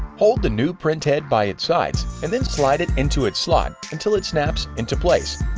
hold the new printhead by its sides, and then slide it into its slot until it snaps into place.